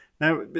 Now